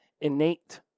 innate